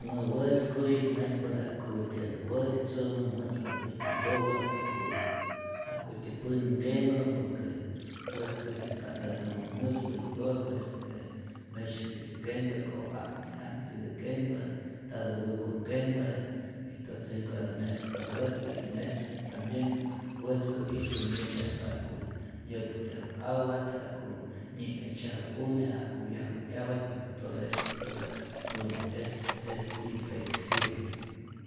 Bueno wätzkuy mespatät ja'kutyät wäjtzu, wätzpatä äjtyä nkopa'k ja'ku ja'kutyä pänh nkenu, por que wätzkuy ka'ntatä wätzpa äjtyä nkopak pue e mesykutyä kenpa ko'ja'mtzi'ja'mtzitä kenpa, ntatä wäko kenpa, entonce jikotaje mespa wätzkuy y mesp tambien wätzkuy ijtu myesyajpa ja'ku nyäpujtyaju awat, ja'ku nyi'me'tzyaju une, ja'ku yaju 'yawat por que todo eso puro puro es es infeccion.